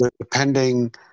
depending